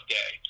day